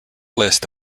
list